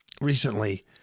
recently